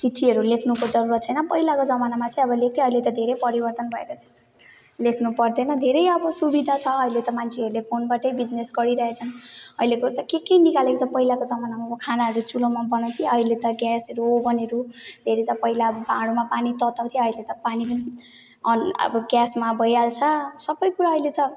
चिठ्ठीहरू लेख्नुको जरुरत छैन पहिलाको जमानामा चाहिँ अब लेख्थेँ अहिले त धेरै परिवर्तन भएर लेख्नुपर्दैन धेरै अब सुविधा छ अहिले त मान्छेहरूले फोनबाटै बिजनेस गरिरहेका छन् अहिलेको त के के निकालेको छन् पहिलाको जमानामा अब खानाहरू चुलोमा बनाउँथेँ अहिले त ग्यासहरू ओभनहरू धेरै छ पहिला अब भाँडोमा पानी तताउँथेँ अहिले त पानी पनि अनि अब ग्यासमा भइहाल्छ सबै कुरा अहिले त